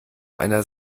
einer